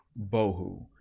Bohu